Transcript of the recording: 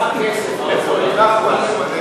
התשע"ג 2013, לדיון מוקדם בוועדת הכלכלה